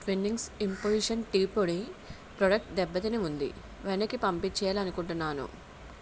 Twinings infusion tea పొడి product దెబ్బ తిని ఉంది వెనక్కి పంపించేయ్యాలని అనుకుంటున్నాను